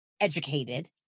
educated